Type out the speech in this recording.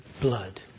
blood